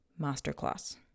masterclass